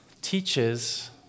teaches